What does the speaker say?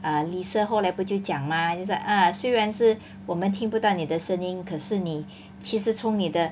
err lisa 后来不就讲 mah is like ah 虽然是我们听不到你的声音可是你其实从你的